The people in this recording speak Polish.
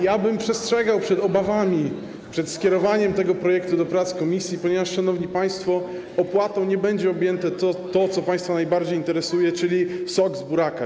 Ja bym przestrzegał przed obawami przed skierowaniem tego projektu do prac w komisji, ponieważ, szanowni państwo, opłatą nie będzie objęte to, co państwa najbardziej interesuje, czyli sok z buraka.